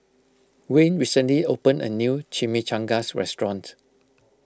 Wayne recently opened a new Chimichangas restaurant